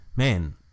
Man